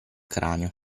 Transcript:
cranio